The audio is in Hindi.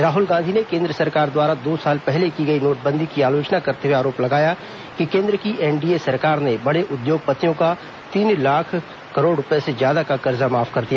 राहुल गांधी ने केंद्र सरकार द्वारा दो साल पहले की गई नोटबंदी की आलोचना करते हुए आरोप लगाया कि केंद्र की एनडीए सरकार ने बड़े उद्योगपतियों का तीन लाख करोड़ रूपये से ज्यादा का कर्जा माफ कर दिया